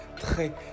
très